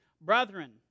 Brethren